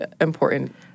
important